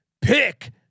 Pick